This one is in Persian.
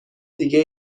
دیگه